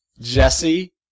Jesse